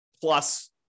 plus